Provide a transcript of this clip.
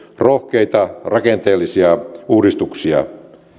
rohkeita rakenteellisia uudistuksia